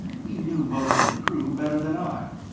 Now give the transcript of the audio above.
he knew most of the crew better than i.